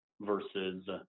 versus